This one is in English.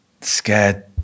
scared